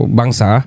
bangsa